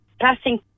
passing